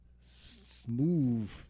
Smooth